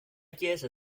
chiesa